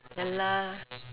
ya lah